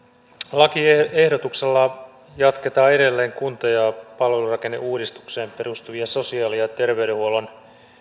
lakiehdotuksella jatketaan edelleen kunta ja ja palvelurakenneuudistukseen perustuvia sosiaali ja terveydenhuollon